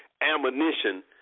ammunition